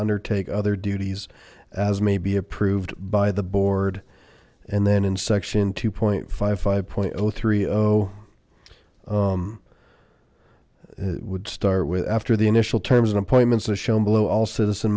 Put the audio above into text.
undertake other duties as may be approved by the board and then in section two point five five point zero three oh would start with after the initial terms and appointments as shown below all citizen